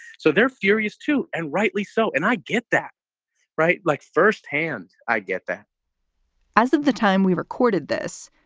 so they're furious, too, and rightly so. and i get that right. like firsthand. i get that as of the time we recorded this,